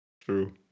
True